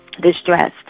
distressed